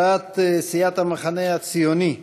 הצעת סיעת המחנה הציוני: